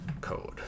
code